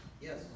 Yes